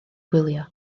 gwylio